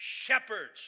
shepherds